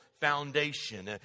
foundation